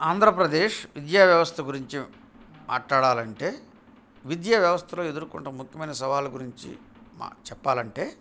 ఆంధ్రప్రదేశ్ విద్యావ్యవస్థ గురించి మాట్లాడాలంటే విద్య వ్యవస్థలో ఎదుర్కొంటున్న ముఖ్యమైన సవాళ్ళ గురించి మా చెప్పాలంటే